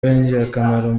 w’ingirakamaro